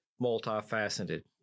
multifaceted